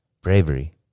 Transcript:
Bravery